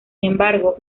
embargo